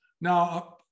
Now